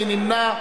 מי נמנע?